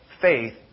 faith